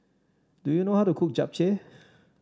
do you know how to cook Japchae